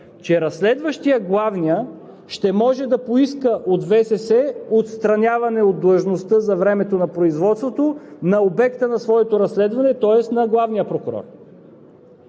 че разследващият главния ще може да поиска от ВСС отстраняване от длъжността за времето на производството на обекта на своето разследване, тоест на главния прокурор.